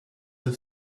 have